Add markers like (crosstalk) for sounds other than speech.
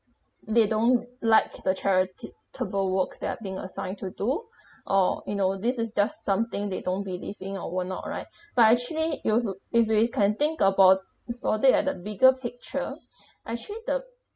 they don't like the charitable work they are being assigned to do or you know this is just something they don't believe in or whatnot right but actually if you if you can think about put it a the bigger picture (breath) actually the